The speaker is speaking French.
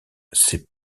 c’est